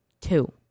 Two